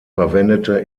verwendete